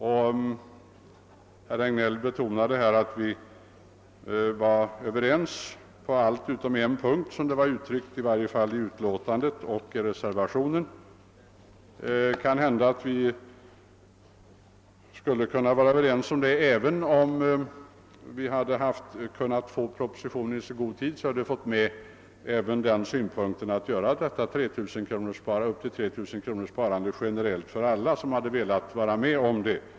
Herr Regnéll betonade att vi är överens om allt utom på en punkt, såsom det är uttryckt i utlåtandet och i re servationen. Det kan hända att detta skulle ha varit fallet beträffande ytterligare en punkt om vi hade kunnat få propositionen i god tid. Då hade vi kunnat framföra förslaget om premiering av fysiskt 3 000-kronorssparande för alia som velat vara med.